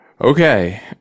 Okay